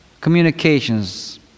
communications